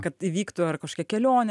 kad įvyktų ar kažkokia kelionė